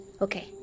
Okay